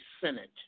Senate